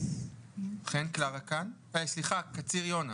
סליחה, קציר יונה.